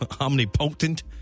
Omnipotent